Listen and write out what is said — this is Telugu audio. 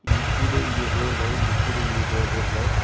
ఇప్పుడు ఈ యుగంలో ఇప్పుడు ఈ రోజులలో